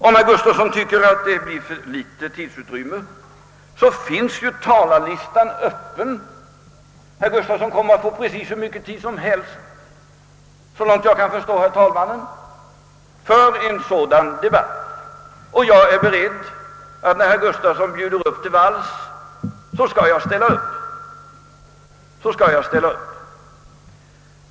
Om herr Gustafsson tycker att det finns för litet tidsutrymme, vill jag påpeka att talarlistan står öppen. Herr Gustafsson kommer, såvitt jag fattat herr talmannen rätt, att få hur mycket tid han vill för en sådan debatt, och om herr Gustafsson »bjuder upp till vals» är jag beredd att ställa upp.